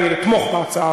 אני אתמוך בהצעה,